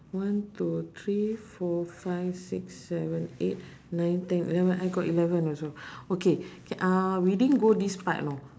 one two three four five six seven eight nine ten eleven I got eleven also okay c~ uh we didn't go this part lor